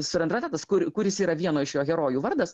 surandratetas kur kuris yra vieno iš jo herojų vardas